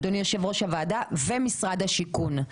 אדוני יושב-ראש הוועדה ומשרד השיכון,